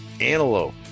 antelope